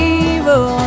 evil